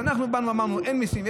כשאנחנו באנו ואמרנו: אין מיסים?